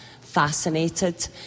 fascinated